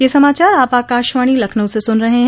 ब्रे क यह समाचार आप आकाशवाणी लखनऊ से सुन रहे हैं